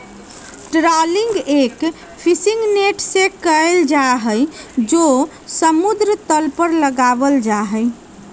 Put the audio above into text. trawling एक fishing net से कइल जाहई जो समुद्र तल पर लगावल जाहई